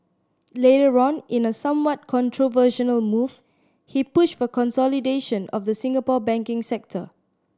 later on in a somewhat controversial move he pushed for consolidation of the Singapore banking sector